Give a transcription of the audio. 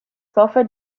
sulfur